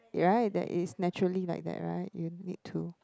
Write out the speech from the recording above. right that is naturally like that right you need to